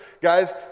guys